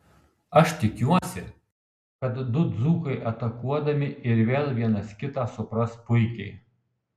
aš tikiuosi kad du dzūkai atakuodami ir vėl vienas kitą supras puikiai